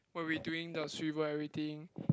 when we doing the swivel everything